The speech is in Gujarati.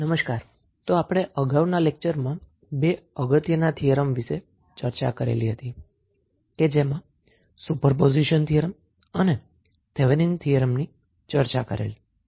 નમસ્કાર તો આપણે અગાઉના લેકચરમાં બે અગત્યના થીયરમ વિષે ચર્ચા કરેલ હતી કે જેમાં સુપરપોઝિશન થીયરમ અને થેવેનીન થીયરમ Thevenins theorem ની ચર્ચા કરેલ હતી